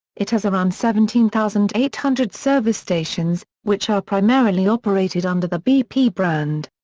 it has around seventeen thousand eight hundred service stations, which are primarily operated under the bp brand.